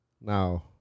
Now